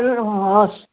हजुर हवस्